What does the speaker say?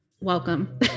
welcome